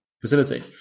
facility